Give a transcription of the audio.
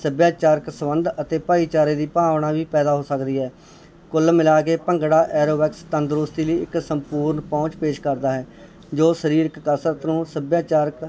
ਸੱਭਿਆਚਾਰਕ ਸੰਬੰਧ ਅਤੇ ਭਾਈਚਾਰੇ ਦੀ ਭਾਵਨਾ ਵੀ ਪੈਦਾ ਹੋ ਸਕਦੀ ਹੈ ਕੁੱਲ ਮਿਲਾ ਕੇ ਭੰਗੜਾ ਐਰੋਬਿਕਸ ਤੰਦਰੁਸਤੀ ਲਈ ਇੱਕ ਸੰਪੂਰਨ ਪਹੁੰਚ ਪੇਸ਼ ਕਰਦਾ ਹੈ ਜੋ ਸਰੀਰਕ ਕਸਰਤ ਨੂੰ ਸੱਭਿਆਚਾਰਕ